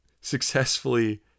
successfully